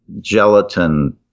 gelatin